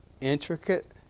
intricate